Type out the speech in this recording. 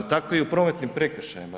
Tako je i u prometnim prekršajima.